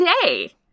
today